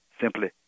simply